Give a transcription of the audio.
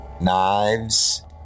knives